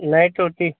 नाई छोटी